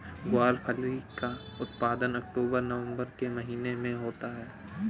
ग्वारफली का उत्पादन अक्टूबर नवंबर के महीने में होता है